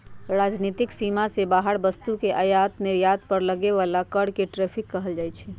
राजनीतिक सीमा से बाहर वस्तु के आयात निर्यात पर लगे बला कर के टैरिफ कहल जाइ छइ